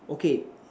okay